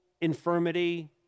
infirmity